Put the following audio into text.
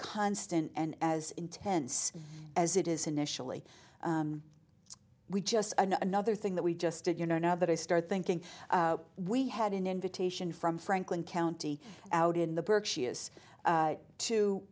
constant and as intense as it is initially we just another thing that we just did you know now that i started thinking we had an invitation from franklin county out in the berkshires